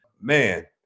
man